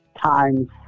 times